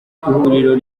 ihuriro